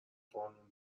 قانون